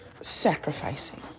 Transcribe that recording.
sacrificing